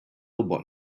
what